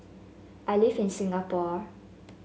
I live in Singapore